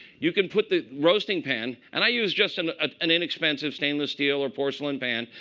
you can put the roasting pan and i use just an ah an inexpensive stainless steel or porcelain pan,